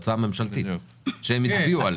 זה הצעה ממשלתית שהם הצביעו עליה.